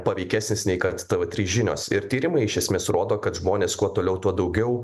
paveikesnis nei kad tavo trys žinios ir tyrimai iš esmės rodo kad žmonės kuo toliau tuo daugiau